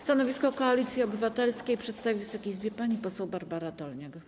Stanowisko Koalicji Obywatelskiej przedstawi Wysokiej Izbie pani poseł Barbara Dolniak.